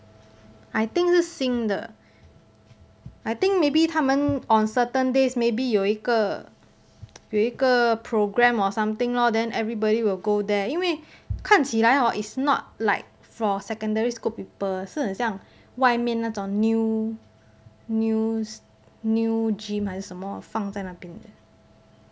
I think 是新的 I think maybe 他们 maybe on certain days maybe 有一个有一个 program or something lor then everybody will go there 因为看起来 hor it's not like for secondary school people 是很想外面那种 new new new gym 还是什么放在那边的